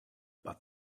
but